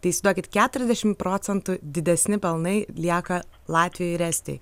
tai įsivaizduokit keturiasdešim procentų didesni pelnai lieka latvijoj ir estijoj